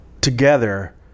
together